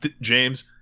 James